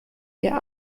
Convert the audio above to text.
der